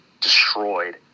destroyed